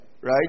Right